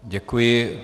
Děkuji.